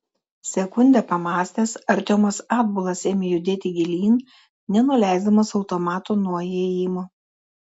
sekundę pamąstęs artiomas atbulas ėmė judėti gilyn nenuleisdamas automato nuo įėjimo